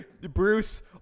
Bruce